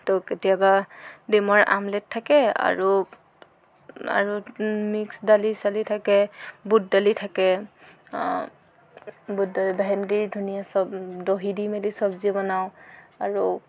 তো কেতিয়াবা ডিমৰ আমলেট থাকে আৰু আৰু মিক্স দালি চালি থাকে বুট দালি থাকে বুটদালি ভেন্দিৰ ধুনীয়া চব দহি দি মেলি চবজি বনাওঁ আৰু